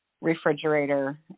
refrigerator